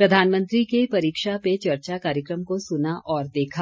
प्रधानमंत्री के परीक्षा पर चर्चा कार्यक्रम को सुना और देखा